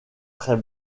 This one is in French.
très